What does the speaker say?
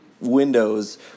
windows